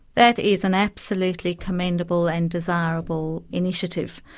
that is an absolutely commendable and desirable initiative.